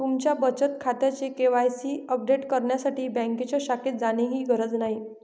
तुमच्या बचत खात्याचे के.वाय.सी अपडेट करण्यासाठी बँकेच्या शाखेत जाण्याचीही गरज नाही